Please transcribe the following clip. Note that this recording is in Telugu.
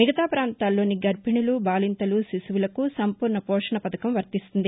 మిగతా ప్రాంతాల్లోని గర్బిణులు బాలింతలు శిశువులకు సంపూర్ణ పోషణ పథకం వర్తిస్తుంది